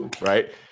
right